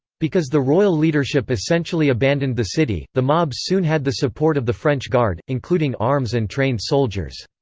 because the royal leadership essentially abandoned the city, the mobs soon had the support of the french guard, including arms and trained soldiers.